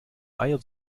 eier